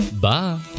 Bye